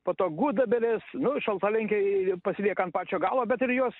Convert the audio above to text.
po to gudobelės nu šaltalenkiai pasilieka ant pačio galo bet ir juos